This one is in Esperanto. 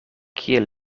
kiel